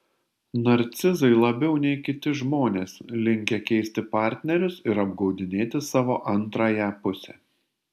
narcizai labiau nei kiti žmonės linkę keisti partnerius ir apgaudinėti savo antrąją pusę